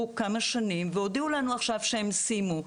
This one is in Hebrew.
כמה שנים והודיעו לנו עכשיו שהם סיימו.